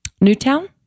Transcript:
Newtown